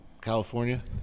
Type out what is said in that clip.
California